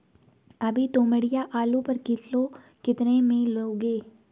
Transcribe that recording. अभी तोमड़िया आलू पर किलो कितने में लोगे?